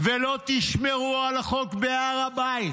ולא תשמרו על החוק בהר הבית,